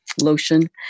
lotion